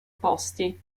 posti